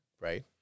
Right